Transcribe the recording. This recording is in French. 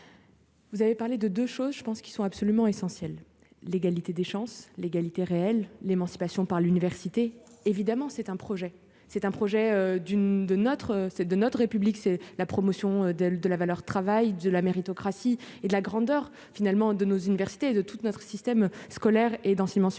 Vous avez parlé de de choses je pense qu'ils sont absolument essentiels : l'égalité des chances, l'égalité réelle, l'émancipation par l'université, évidemment, c'est un projet c'est un projet d'une de notre c'est de notre République, c'est la promotion d'elle, de la valeur travail, de la méritocratie et de la grandeur finalement de nos universités et de toute notre système scolaire et dans ciment supérieur